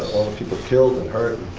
people killed and hurt,